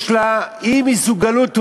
יש לה אי-מסוגלות הורית.